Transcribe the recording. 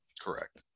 correct